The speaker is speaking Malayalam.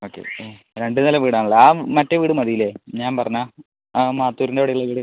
ഓക്കെ രണ്ട് നില വീട് ആണ് ഉള്ളത് ആ മറ്റെ വീട് മതി അല്ലെ ഞാൻ പറഞ്ഞ ആ മാത്തൂരിൻ്റ അവിടെ ഉള്ള വീട്